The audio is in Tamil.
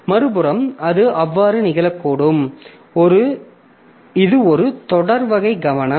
மறுபுறம் அது அவ்வாறு நிகழக்கூடும் இது ஒரு தொடர் வருகை கவனம்